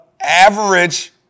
average